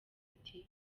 ati